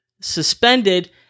suspended